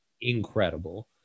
incredible